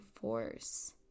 force